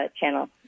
channel